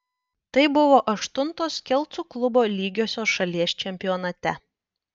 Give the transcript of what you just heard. tai buvo aštuntos kelcų klubo lygiosios šalies čempionate